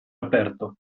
aperto